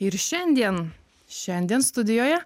ir šiandien šiandien studijoje